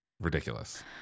Ridiculous